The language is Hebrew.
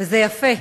וזה יפה,